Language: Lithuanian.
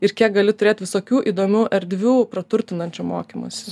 ir kiek gali turėt visokių įdomių erdvių praturtinančio mokymosi